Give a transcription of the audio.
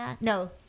No